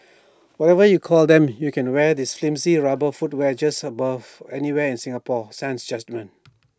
whatever you call them you can wear this flimsy rubber footwear just above anywhere in Singapore sans judgement